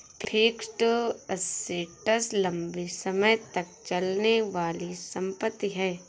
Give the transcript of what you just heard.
fixed assets लंबे समय तक चलने वाली संपत्ति है